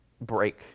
break